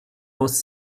aus